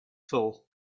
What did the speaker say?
phil